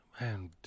man